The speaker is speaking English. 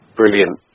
brilliant